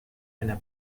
einer